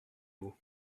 vous